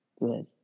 Good